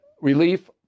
relief